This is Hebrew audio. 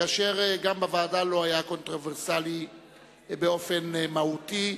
כאשר גם בוועדה הוא לא היה קונטרוברסלי באופן מהותי,